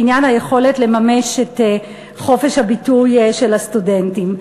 בעניין היכולת לממש את חופש הביטוי של הסטודנטים.